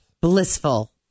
blissful